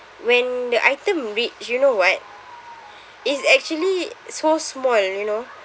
when the item reach you know what it's actually so small you know